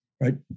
right